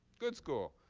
good school.